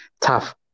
tough